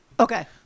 Okay